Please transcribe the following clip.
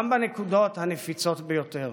גם בנקודות הנפיצות ביותר.